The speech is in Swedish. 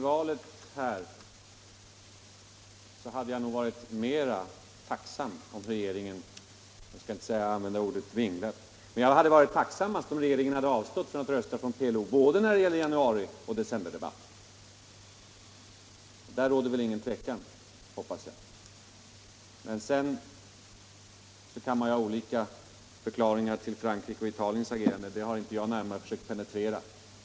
Herr talman! Jag hade varit tacksammast om regeringen hade röstat mot PLO när det gäller både januaridebatten och decemberdebatten. Där råder väl ingen tvekan, hoppas jag. Sedan kan man ha olika förklaringar till Frankrikes och Italiens agerande — den saken har jag inte försökt penetrera.